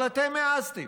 אבל אתם העזתם,